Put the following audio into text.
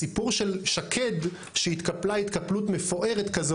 הסיפור של שקד שהתקפלה התקפלות מפוארת כזו